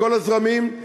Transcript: מכל הזרמים,